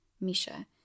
Misha